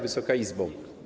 Wysoka Izbo!